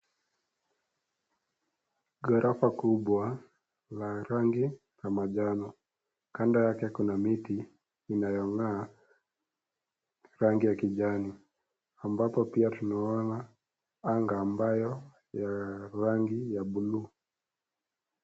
Ghorofa kubwa la rangi ya manjano . Kando yake kuna miti inayong'aa rangi ya kijani ambapo pia tunaona anga ambayo ya rangi ya buluu.